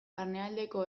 barnealdeko